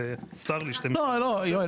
צר לי --- לא יואל